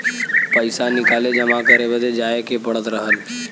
पइसा निकाले जमा करे बदे जाए के पड़त रहल